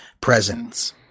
presence